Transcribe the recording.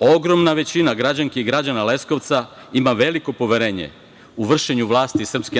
ogromna većina građanki i građana Leskovca ima veliko poverenje u vršenje vlasti SNS